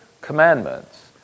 commandments